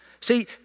See